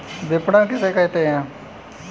विपणन किसे कहते हैं?